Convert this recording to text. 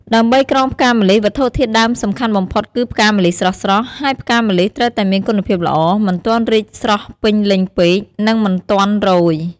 ដើម្បីក្រងផ្កាម្លិះ វត្ថុធាតុដើមសំខាន់បំផុតគឺផ្កាម្លិះស្រស់ៗ ហើយផ្កាម្លិះត្រូវតែមានគុណភាពល្អ មិនទាន់រីកស្រស់ពេញលេញពេក និងមិនទាន់រោយ។